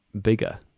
bigger